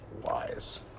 wise